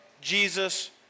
Jesus